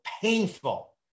painful